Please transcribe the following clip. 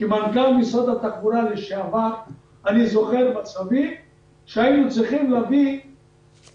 כמנכ"ל משרד התחבורה לשעבר אני זוכר מקרים שהיינו צריכים להביא